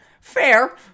fair